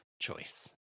Choice